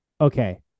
okay